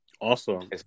Awesome